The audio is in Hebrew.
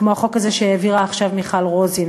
כמו החוק הזה שהעבירה עכשיו מיכל רוזין,